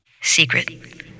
secret